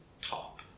top